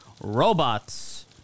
robots